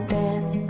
death